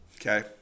Okay